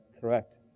correct